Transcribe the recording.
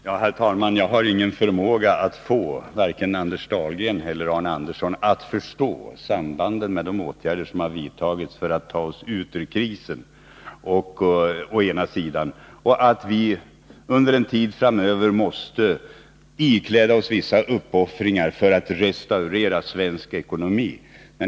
Herr talman! Jag förmår inte att få vare sig Anders Dahlgren eller Arne Andersson i Ljung att förstå sambandet mellan å ena sidan de åtgärder som har vidtagits för att ta oss ur krisen och å den andra det förhållandet att vi under en tid framöver måste ikläda oss vissa uppoffringar för att restaurera svensk ekonomi.